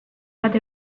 bat